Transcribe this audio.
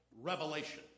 revelation